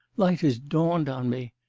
light has dawned on me!